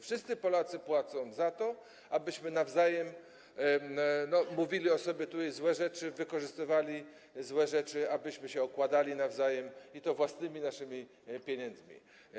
Wszyscy Polacy płacą za to, abyśmy nawzajem mówili o sobie tutaj złe rzeczy, wykorzystywali złe rzeczy, abyśmy się okładali nawzajem i to własnymi naszymi pieniędzmi.